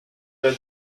der